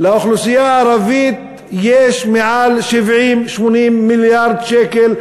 לאוכלוסייה הערבית יש מעל 70 80 מיליארד שקל,